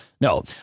No